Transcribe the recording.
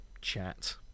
chat